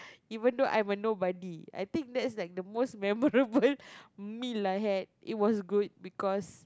even though I'm a nobody I think that's like the most memorable meal I had it was good because